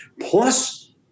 Plus